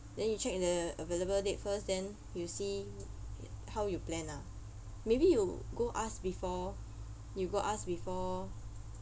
then you check the available date first then you see how you plan ah maybe you go ask before you go ask before